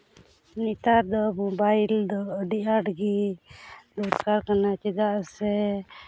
ᱱᱮᱛᱟᱨ ᱫᱚ ᱢᱳᱵᱟᱭᱤᱞ ᱫᱚ ᱟᱹᱰᱤ ᱟᱸᱴ ᱜᱮ ᱫᱚᱨᱠᱟᱨ ᱠᱟᱱᱟ ᱪᱮᱫᱟᱜ ᱥᱮ